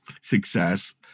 success